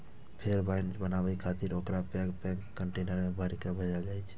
फेर वाइन बनाबै खातिर ओकरा पैघ पैघ कंटेनर मे भरि कें भेजल जाइ छै